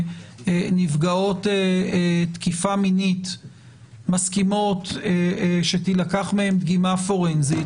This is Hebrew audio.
שנפגעות תקיפה מינית מסכימות שתילקח מהן דגימה פורנזית,